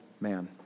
man